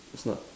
it's not